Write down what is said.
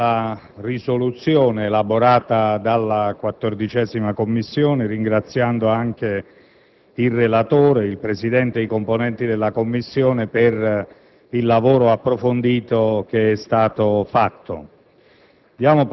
alla risoluzione elaborata dalla 14a Commissione, ringraziando anche il relatore, il Presidente e i componenti della Commissione per il lavoro approfondito che è stato fatto.